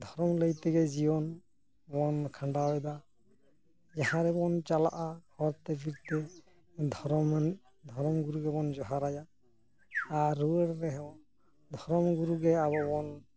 ᱫᱷᱚᱨᱚᱢ ᱞᱟᱹᱭᱛᱮᱜᱮ ᱡᱤᱭᱚᱱ ᱵᱚᱱ ᱠᱷᱟᱸᱰᱟᱣᱮᱫᱟ ᱡᱟᱦᱟᱸ ᱨᱮᱵᱚᱱ ᱪᱟᱞᱟᱜᱼᱟ ᱦᱚᱨᱛᱮ ᱵᱤᱨᱛᱮ ᱫᱷᱚᱨᱚᱢ ᱟᱹᱱᱤᱡ ᱫᱷᱚᱨᱚᱢ ᱜᱩᱨᱩ ᱜᱮᱵᱚᱱ ᱡᱚᱦᱟᱨᱟᱭᱟ ᱟᱨ ᱨᱩᱣᱟᱹᱲ ᱨᱮᱦᱚᱸ ᱫᱷᱚᱨᱚᱢ ᱜᱩᱨᱩ ᱜᱮ ᱟᱵᱚ ᱵᱚᱱ